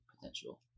potential